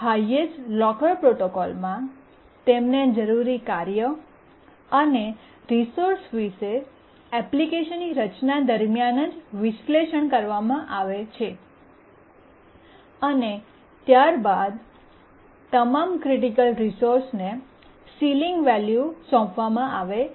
highest locker પ્રોટોકોલમાં તેમને જરૂરી કાર્યો અને રિસોર્સ વિશે એપ્લિકેશનની રચના દરમિયાન વિશ્લેષણ કરવામાં આવે છે અને ત્યારબાદ તમામ ક્રિટિકલ રિસોર્સને સીલીંગ મૂલ્ય સોંપવામાં આવે છે